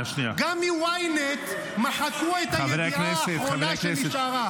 גם מ-ynet מחקו את הידיעה האחרונה שנשארה.